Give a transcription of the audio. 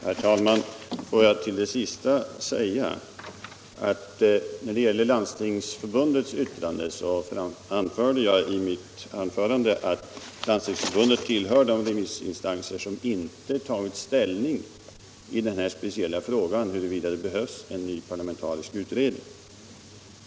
Herr talman! Får jag bara till detta sista lägga, att när det gäller Landstingsförbundets yttrande sade jag i mitt anförande att Landstingsförbundet tillhör de remissinstanser som inte har tagit ställning i den speciella frågan huruvida det behövs en ny parlamentarisk utredning eller inte.